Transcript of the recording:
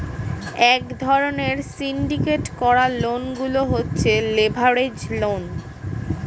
এক ধরণের সিন্ডিকেট করা লোন গুলো হচ্ছে লেভারেজ লোন